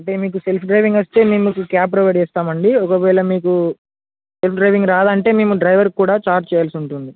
అంటే మీకు self driving వస్తే మేం మీకు క్యాబ్ ప్రొవైడ్ చేస్తామండి ఒకవేళ మీకు సెల్ఫ్ డ్రైవింగ్ రాదంటే మేము డ్రైవర్కి కూడా చార్జ చేయాల్సి ఉంటుంది